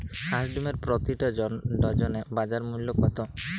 হাঁস ডিমের প্রতি ডজনে বাজার মূল্য কত?